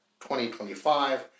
2025